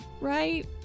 right